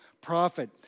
prophet